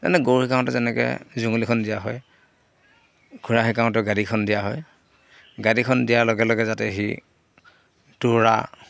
যেনে গৰু শিকাওঁতে যেনেকৈ জুঙুলিখন দিয়া হয় ঘোঁৰা শিকাওঁতেও গাড়ীখন দিয়া হয় গাড়ীখন দিয়াৰ লগে লগে যাতে সি তোৰা